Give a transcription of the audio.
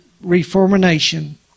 reformation